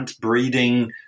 breeding